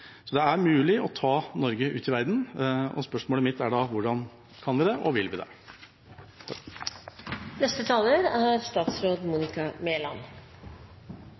Det er mulig å ta Norge ut i verden, og spørsmålet mitt er: Hvordan kan vi det, og vil vi det? De fleste steder i verden er